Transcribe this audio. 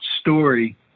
story